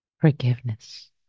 forgiveness